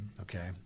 okay